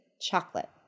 chocolate